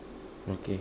okay